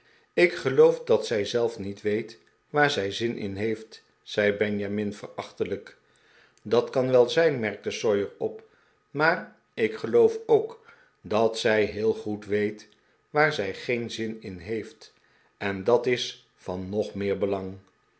ik geloof dat zij zelf niet weet waar zij zin in heeft zei benjamin verachtelijk dat kan wel zijn merkte sawyer op maar ik geloof ook dat zij heel goed weet waar zij geen zin in heeft en dat is van nog meer belang